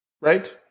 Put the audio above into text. right